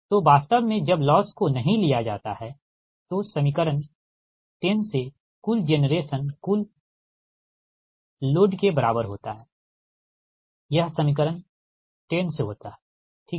तो वास्तव में जब लॉस को नहीं लिया जाता है तो समीकरण 10 से कुल जेनरेशन कुल भार के बराबर होता है यह समीकरण 10 से होता है ठीक है